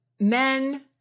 Men